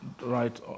Right